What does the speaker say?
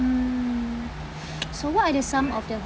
mm so what are the some of the